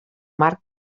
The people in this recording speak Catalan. marc